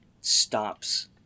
stops